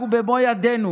אנחנו במו ידינו